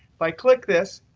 if i click this,